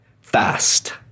fast